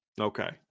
Okay